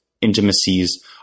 intimacies